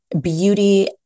beauty